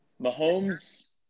Mahomes